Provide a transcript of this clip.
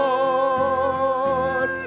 Lord